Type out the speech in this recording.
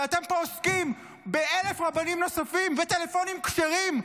ואתם פה עוסקים ב-1,000 רבנים נוספים וטלפונים כשרים?